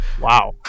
Wow